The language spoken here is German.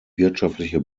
wirtschaftliche